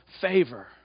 favor